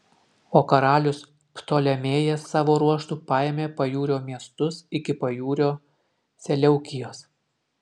o karalius ptolemėjas savo ruožtu paėmė pajūrio miestus iki pajūrio seleukijos